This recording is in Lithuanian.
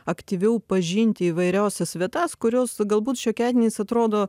aktyviau pažinti įvairiausias vietas kurios galbūt šiokiadieniais atrodo